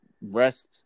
rest